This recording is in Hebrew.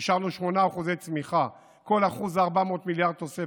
אישרנו 8% צמיחה, כל אחוז הוא 400 מיליארד תוספת,